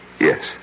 Yes